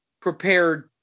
prepared